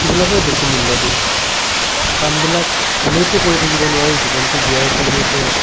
সিবিলাককে বেছি মূল্য দিওঁঁ কামবিলাক এনেইটো কৰি থাকিব নোৱাৰি জীৱনটো জীয়াই আছো যিহেতু